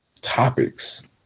topics